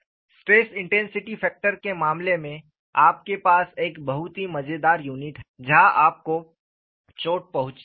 stress intensity factor के मामले में आपके पास एक बहुत ही मज़ेदार यूनिट है जहाँ आपको चोट पहुँचती है